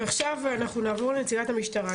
ועכשיו אנחנו נעבור לנציגת המשטרה,